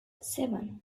seven